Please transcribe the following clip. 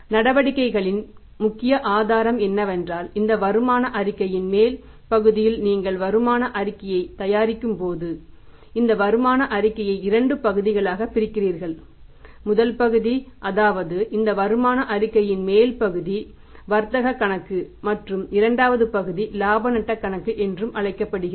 நடவடிக்கைகளின் முக்கிய ஆதாரம் என்னவென்றால் இந்த வருமான அறிக்கையின் மேல் பகுதியில் நீங்கள் வருமான அறிக்கையைத் தயாரிக்கும்போது இந்த வருமான அறிக்கையை 2 பகுதிகளாகப் பிரிக்கிறீர்கள் முதல் பகுதி அதாவது இந்த வருமான அறிக்கையின் மேல் பகுதி வர்த்தக கணக்கு என்றும் இரண்டாவது பகுதி இலாப நட்ட கணக்கு என்றும் அழைக்கப்படுகிறது